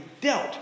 dealt